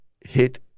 hit